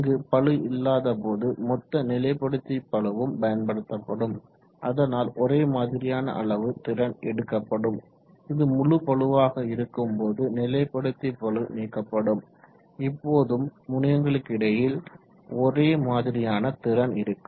அங்கு பளு இல்லாத போது மொத்த நிலைப்படுத்தி பளு வும் பயன்படுத்தப்படும் அதனால் ஒரே மாதிரியான அளவு திறன் எடுக்கப்படும் இது முழு பளுவாக இருக்கும் போது நிலைப்படுத்தி பளு நீக்கப்படும் இப்போதும் முனையங்களுக்கு இடையில் ஒரே மாதிரியான திறன் இருக்கும்